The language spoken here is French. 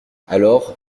alors